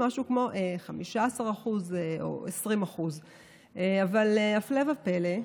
משהו כמו 15% או 20%. אבל הפלא ופלא,